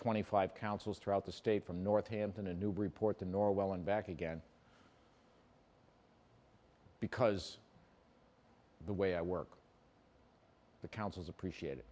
twenty five councils throughout the state from north hampton a new report the norwell and back again because the way i work the council's appreciated i